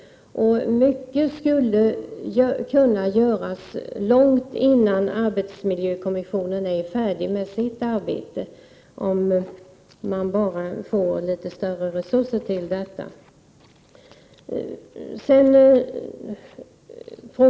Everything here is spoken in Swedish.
Mycket skulle kunna göras långt innan arbetsmiljökommissionen är färdig med sitt arbete, om vi bara kunde få litet större resurser för detta ändamål.